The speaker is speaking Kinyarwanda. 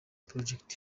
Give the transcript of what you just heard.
project